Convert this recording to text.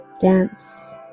dance